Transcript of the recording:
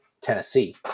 Tennessee